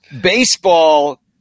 baseball –